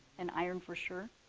and iron for sure.